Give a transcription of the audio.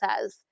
says